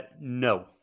no